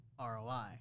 ROI